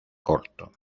corto